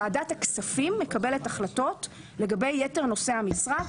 ועדת הכספים מקבלת החלטות לגבי יתר נושאי המשרה,